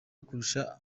kurusha